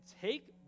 take